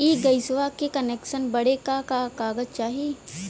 इ गइसवा के कनेक्सन बड़े का का कागज चाही?